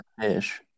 fish